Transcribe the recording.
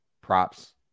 props